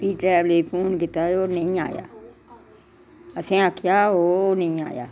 फ्ही डरैवले फोन कीता ओह् नेईं आया असें आक्खेआ ओह् नेईं आया